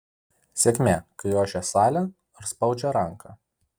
sėkmė kai ošia salė ar spaudžia ranką